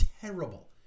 terrible